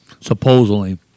supposedly